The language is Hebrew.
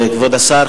כבוד השר,